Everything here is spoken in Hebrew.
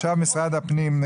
משרד הפנים,